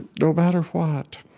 no matter what.